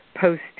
post